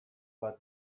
bat